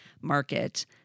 market